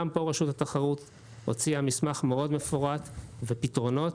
גם בנושא הזה רשות התחרות הוציאה מסמך מאוד מפורט עם פתרונות,